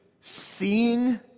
seeing